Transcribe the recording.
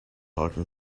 talking